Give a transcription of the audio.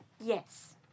Yes